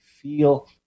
feel